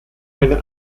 eine